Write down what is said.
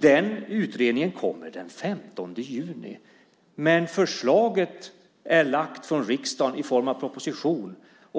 Den utredningen kommer den 15 juni, men förslaget är framlagt i riksdagen i form av en proposition,